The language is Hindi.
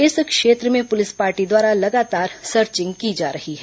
इस क्षेत्र में पुलिस पार्टी द्वारा लगातार सर्चिंग की जा रही है